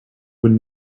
would